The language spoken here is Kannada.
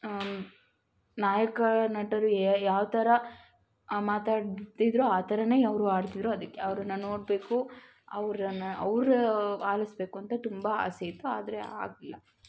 ನಾಯಕ ನಟರು ಯಾವ ಯಾವ ಥರ ಮಾತಾಡ್ತಿದ್ದರೋ ಆ ಥರವೇ ಅವರೂ ಹಾಡ್ತಿದ್ರು ಅದಕ್ಕೆ ಅವ್ರನ್ನ ನೋಡಬೇಕು ಅವ್ರನ್ನ ಅವ್ರ ಆಲಿಸ್ಬೇಕು ಅಂತ ತುಂಬ ಆಸೆ ಇತ್ತು ಆದರೆ ಆಗಲಿಲ್ಲ